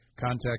Contact